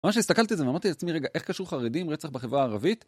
ממש הסתכלתי על זה, ואמרתי לעצמי רגע, איך קשור חרדי עם רצח בחברה הערבית.